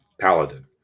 Paladin